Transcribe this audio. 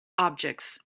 objects